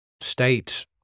states